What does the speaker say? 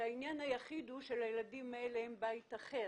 שהעניין היחיד הוא שלילדים האלה אין בית אחר.